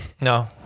No